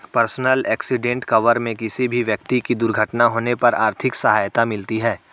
personal accident cover में किसी भी व्यक्ति की दुर्घटना होने पर आर्थिक सहायता मिलती है